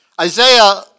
Isaiah